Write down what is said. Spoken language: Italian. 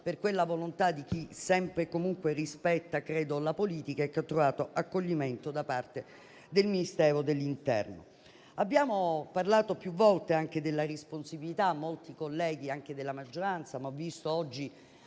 per quella volontà di chi sempre e comunque rispetta credo la politica e che ha trovato accoglimento da parte del Ministero dell'interno. Abbiamo parlato più volte - lo hanno detto molti colleghi anche della maggioranza, ma ho visto oggi